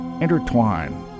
intertwine